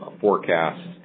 forecasts